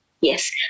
yes